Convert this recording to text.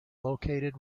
located